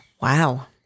Wow